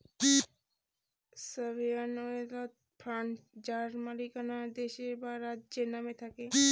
sovereign wealth fund যার মালিকানা দেশের বা রাজ্যের নামে থাকে